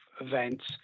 events